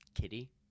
Kitty